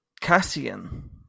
Cassian